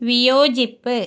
വിയോജിപ്പ്